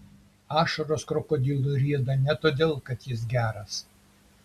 ašaros krokodilui rieda ne todėl kad jis geras